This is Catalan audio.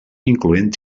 incloent